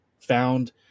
found